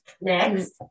Next